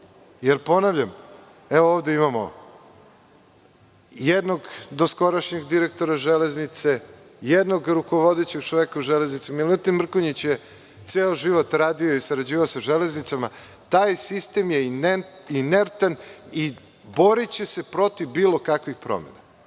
Jer, ponavljam, evo ovde imamo jednog doskorašnjeg direktora Železnice, jednog rukovodećeg čoveka u Železnici, Milutin Mrkonjić je ceo život radio i sarađivao sa železnicama, taj sistem je inertan i boriće se protiv bilo kakvih promena.